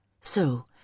So